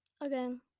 again